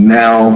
now